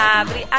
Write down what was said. abre